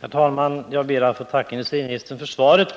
Herr talman! Jag ber att få tacka industriministern för svaret.